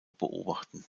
beobachten